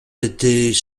était